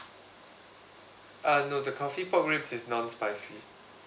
uh no the coffee pork ribs is non-spicy